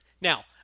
Now